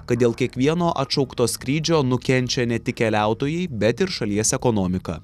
kad dėl kiekvieno atšaukto skrydžio nukenčia ne tik keliautojai bet ir šalies ekonomika